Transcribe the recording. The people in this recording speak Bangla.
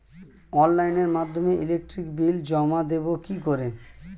অনলাইনের মাধ্যমে ইলেকট্রিক বিল জমা দেবো কি করে?